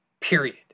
period